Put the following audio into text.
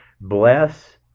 Bless